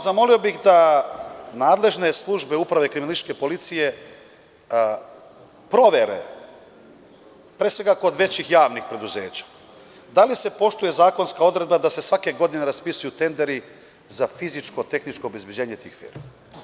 Zamolio bih da nadležne službe Uprave kriminalističke policije provere, pre svega kod većih javnih preduzeća, da li se poštuje zakonska odredba da se svake godine raspisuju tenderi za fizičko tehničko obezbeđenje tih firmi?